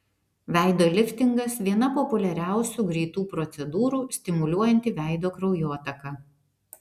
veido liftingas viena populiariausių greitų procedūrų stimuliuojanti veido kraujotaką